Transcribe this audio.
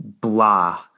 blah